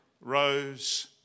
rose